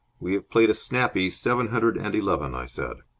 we have played a snappy seven hundred and eleven. i said.